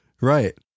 Right